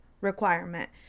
requirement